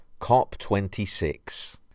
COP26